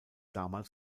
damals